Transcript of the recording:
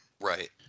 Right